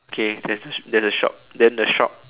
K there's a sh~ there's a shop then the shop